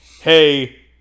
hey